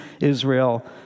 Israel